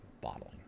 bottling